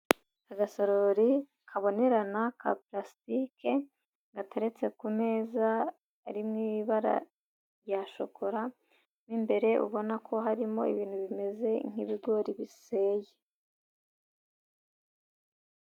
Agasorori kabonerana ka pulasitike gateretse ku meza ari mu ibara rya shokora, mu imbere ubona ko harimo ibintu bimeze nk'ibigori biseye.